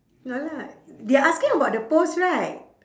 no lah they're asking about the pose right